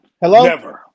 Hello